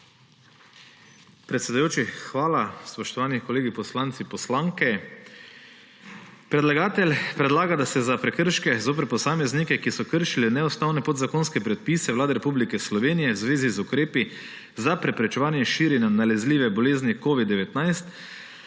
Predsedujoči, hvala. Spoštovani kolegi poslanci, poslanke! Predlagatelj predlaga, da se za prekrške zoper posameznike, ki so kršili neustavne podzakonske predpise Vlade Republike Slovenije v zvezi z ukrepi za preprečevanje širjenja nalezljive bolezni covid-19,